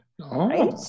Right